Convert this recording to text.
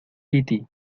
piti